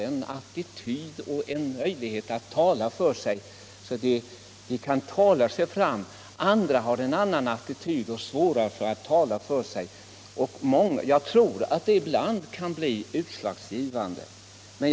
En del har möjlighet att tala för sig, andra har svårare att tala för sig. Jag tror att detta ibland kan bli utslagsgivande.